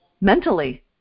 mentally